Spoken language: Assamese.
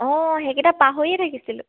অঁ সেইকেইটা পাহৰিয়ে থাকিছিলোঁ